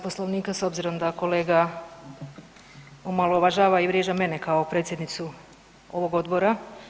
Poslovnika s obzirom da kolega omalovažava i vrijeđa mene kao predsjednicu ovog odbora.